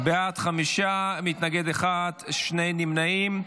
בעד, חמישה, מתנגד אחד, שני נמנעים.